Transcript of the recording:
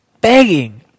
begging